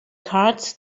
cards